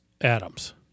Adam's